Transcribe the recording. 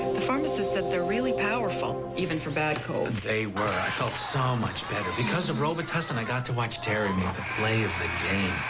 the pharmacist said they're really powerful even for bad colds. and they were. i felt so much better. because of robitussin i got to watch terry make the play of the game.